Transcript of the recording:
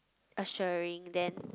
assuring them